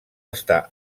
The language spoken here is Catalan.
estar